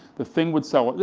the thing would sell.